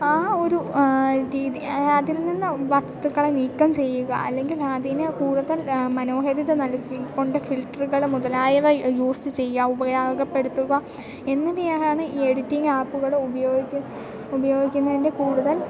ആ ഒരു രീതി അതിൽ നിന്നു വസ്തുക്കളെ നീക്കം ചെയ്യുക അല്ലെങ്കിൽ അതിനെ കൂടുതൽ മനോഹാരിത നൽകി കൊണ്ട് ഫിൽറ്ററുകൾ മുതലായവ യൂസ് ചെയ്യാം ഉപയോഗപ്പെടുത്തുക എന്നിവയാണ് ഈ എഡിറ്റിംഗ് ആപ്പുകൾ ഉപയോഗിക്കുക ഉപയോഗിക്കുന്നതിൻ്റെ കൂടുതൽ